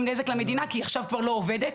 נזק למדינה כי היא עכשיו כבר לא עובדת.